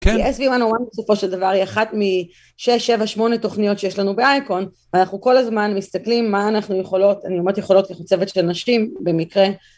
כי sv1on1 בסופו של דבר היא אחת משש, שבע, שמונה תוכניות שיש לנו באייקון ואנחנו כל הזמן מסתכלים מה אנחנו יכולות, אני אומרת יכולות כי אנחנו צוות של נשים במקרה